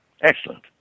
Excellent